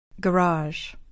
Garage